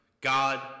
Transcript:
God